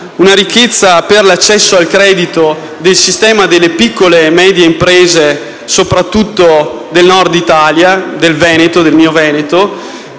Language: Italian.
una ricchezza per l'accesso al credito del sistema delle piccole e medie imprese soprattutto del Nord Italia e del mio Veneto,